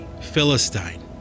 Philistine